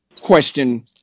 question